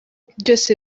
byose